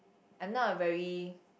I'm not a very